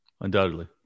Undoubtedly